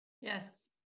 Yes